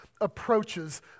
approaches